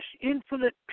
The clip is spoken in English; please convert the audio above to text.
infinite